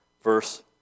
verse